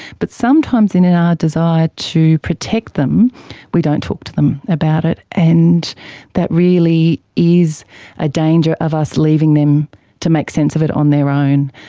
but sometimes in in our desire to protect them we don't talk to them about it, and that really is a danger of us leaving them to make sense of it on their own.